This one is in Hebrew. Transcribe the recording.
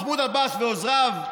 מחמוד עבאס ועוזריו,